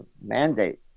mandate